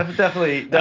um definitely not.